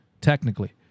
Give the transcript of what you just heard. technically